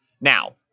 Now